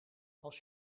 als